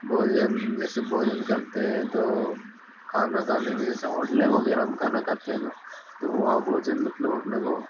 भोजन जैसे भोजन करते हैं तो खाना खाने में जैसे होटलें वगैरह में खाना खाते हैं न तो वहाँ भोजन मतलब अपने को